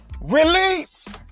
release